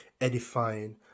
edifying